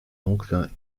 oncle